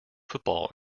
football